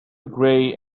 grey